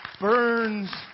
burns